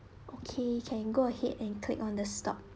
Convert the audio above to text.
okay can go ahead and click on the stop